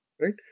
right